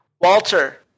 Walter